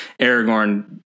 Aragorn